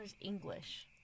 English